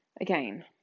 Again